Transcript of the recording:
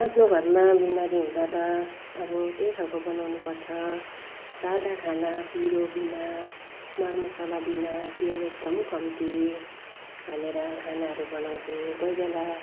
आफ्नो घरमा बिमारी हुँदा त अब त्यही खालको बनाउनु पर्छ सादा खाना पिरोबिना मरमसालाबिना तेल एकदम कम्ती हालेर खानाहरू बनाउँछु कोही बेला